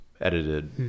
edited